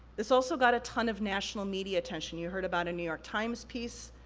this also got a ton of national media attention. you heard about a new york times piece.